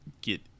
get